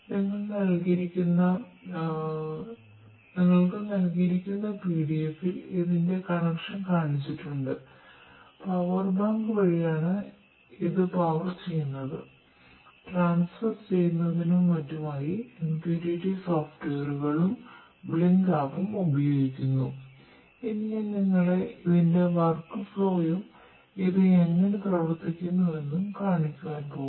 heart beat sensors യും ഇത് എങ്ങനെ പ്രവർത്തിക്കുന്നുവെന്നും കാണിക്കാൻ പോകുന്നു